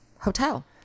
hotel